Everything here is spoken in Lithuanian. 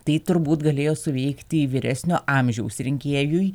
tai turbūt galėjo suveikti vyresnio amžiaus rinkėjui